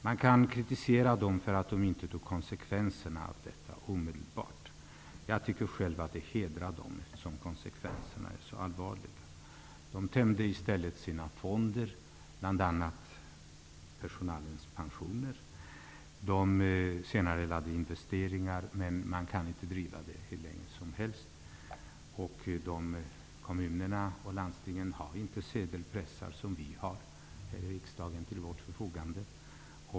Man kan kritisera dem för att de inte tog konsekvenserna omedelbart. Jag tycker själv att det hedrar dem, eftersom konsekvenserna är så allvarliga. De tömde i stället sina fonder, bl.a. de som skulle täcka personalens pensioner, och de senarelade investeringar. Men man kan inte driva verksamheten på det sättet hur länge som helst. Kommunerna och landstingen har inte sedelpressar, som vi har här i riksdagen till vårt förfogande.